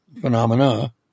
phenomena